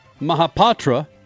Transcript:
Mahapatra